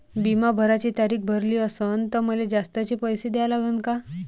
बिमा भराची तारीख भरली असनं त मले जास्तचे पैसे द्या लागन का?